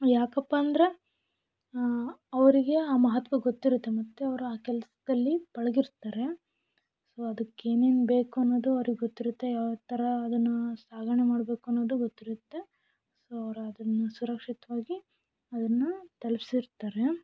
ಯಾಕಪ್ಪ ಅಂದರೆ ಅವರಿಗೆ ಆ ಮಹತ್ವ ಗೊತ್ತಿರುತ್ತೆ ಮತ್ತು ಅವ್ರು ಆ ಕೆಲ್ಸದಲ್ಲಿ ಪಳಗಿರ್ತಾರೆ ಸೊ ಅದಕ್ಕೆ ಏನೇನು ಬೇಕು ಅನ್ನೋದು ಅವ್ರಿಗೆ ಗೊತ್ತಿರುತ್ತೆ ಯಾವ ಥರ ಅದನ್ನು ಸಾಗಣೆ ಮಾಡಬೇಕು ಅನ್ನೋದು ಗೊತ್ತಿರುತ್ತೆ ಸೊ ಅವ್ರು ಅದನ್ನು ಸುರಕ್ಷಿತವಾಗಿ ಅದನ್ನು ತಲುಪ್ಸಿರ್ತಾರೆ